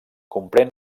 comprèn